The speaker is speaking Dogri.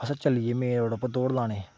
अस चली गे मेन रोड़ै उप्पर दौड़ लाने ई